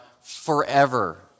forever